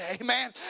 amen